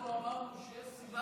אנחנו אמרנו שיש סיבה